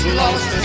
lost